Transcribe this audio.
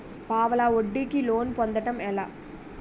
పావలా వడ్డీ కి లోన్ పొందటం ఎలా?